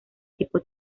tipo